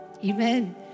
Amen